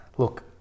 Look